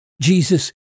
Jesus